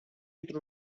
într